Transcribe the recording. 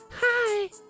Hi